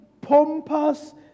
pompous